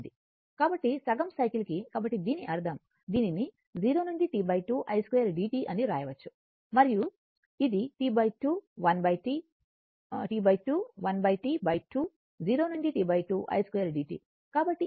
కాబట్టి సగం సైకిల్ కి కాబట్టి దీని అర్థం దీనిని 0 నుండి T2 i 2 d t అని వ్రాయవచ్చు మరియు గా ఇది T 2 1 T 2 0 నుండి T 2 i2 dt